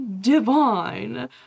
divine